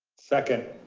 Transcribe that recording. second.